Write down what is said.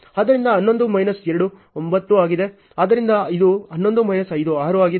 ಆದ್ದರಿಂದ ಇದು 11 ಮೈನಸ್ 5 6 ಆಗಿದೆ